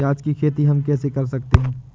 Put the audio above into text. प्याज की खेती हम कैसे कर सकते हैं?